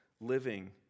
living